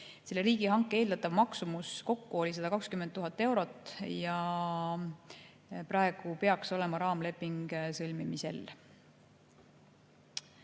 Selle riigihanke eeldatav maksumus kokku oli 120 000 eurot ja praegu peaks olema raamleping sõlmimisel.